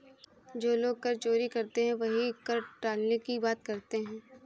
जो लोग कर चोरी करते हैं वही कर टालने की बात करते हैं